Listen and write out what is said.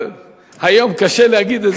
אבל היום קשה להגיד את זה.